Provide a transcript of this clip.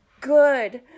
good